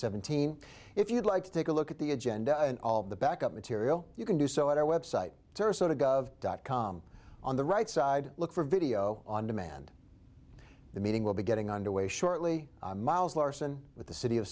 seventeen if you'd like to take a look at the agenda and all the backup material you can do so at our website to or so to go of dot com on the right side look for video on demand the meeting will be getting underway shortly miles larson with the city of